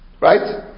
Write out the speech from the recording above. right